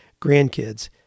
grandkids